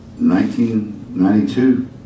1992